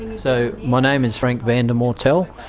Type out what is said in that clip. so my name is frank van de mortel.